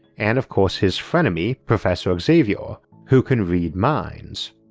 and of course his frenemy professor xavier, who can read minds.